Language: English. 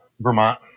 Vermont